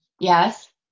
Yes